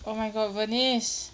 oh my god venice